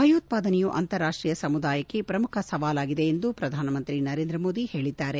ಭಯೋತ್ವಾದನೆಯು ಅಂತಾರಾಷ್ಷೀಯ ಸಮುದಾಯಕ್ಕೆ ಪ್ರಮುಖ ಸವಾಲಾಗಿದೆ ಎಂದು ಪ್ರಧಾನಮಂತ್ರಿ ನರೇಂದ್ರ ಮೋದಿ ಅವರು ಹೇಳಿದ್ದಾರೆ